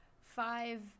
five